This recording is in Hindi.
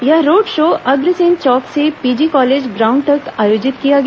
यह रोड शो अग्रसेन चौक से पीजी कॉलेज ग्राउंड तक आयोजित किया गया